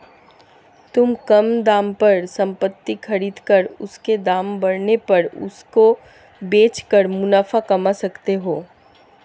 तुम कम दाम पर संपत्ति खरीद कर उसके दाम बढ़ने पर उसको बेच कर मुनाफा कमा सकते हो